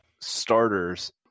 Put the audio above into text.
starters